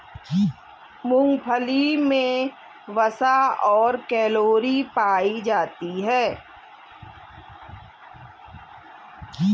मूंगफली मे वसा और कैलोरी पायी जाती है